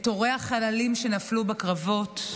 את הורי החללים שנפלו בקרבות,